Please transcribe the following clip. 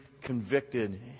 convicted